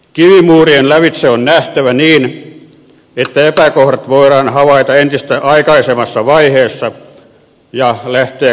kivimuurien lävitse on nähtävä niin että epäkohdat voidaan havaita entistä aikaisemmassa vaiheessa ja lähteä korjaamaan niitä